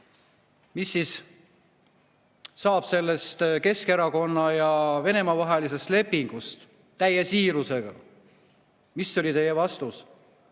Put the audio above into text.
mis siis saab sellest Keskerakonna ja Venemaa vahelisest lepingust – täie siirusega. Mis oli teie vastus?